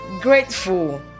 grateful